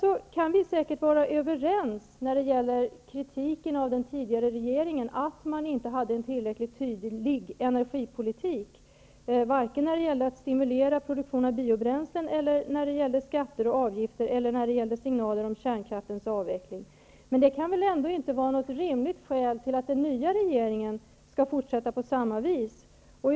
Vi kan säkert vara överens när det gäller kritiken av den tidigare regeringen, dvs. att den inte hade en tillräckligt tydlig energipolitik, varken när det gällde att stimulera produktion av biobränslen eller beträffande skatter och avgifter eller signaler om kärnkraftens avveckling. Men detta kan väl inte vara ett rimligt skäl till att den nya regeringen skall kunna få fortsätta på samma sätt?